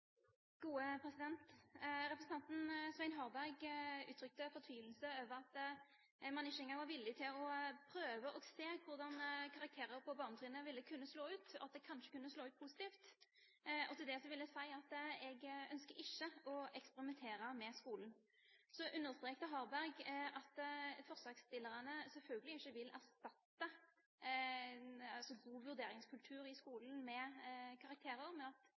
Representanten Svein Harberg uttrykte fortvilelse over at man ikke engang var villig til å prøve å se hvordan karakterer på barnetrinnet ville kunne slå ut, at det kanskje kunne slå ut positivt. Til det vil jeg si at jeg ikke ønsker å eksperimentere med skolen. Så understreket Harberg at forslagsstillerne selvfølgelig ikke vil erstatte en god vurderingskultur i skolen med karakterer, men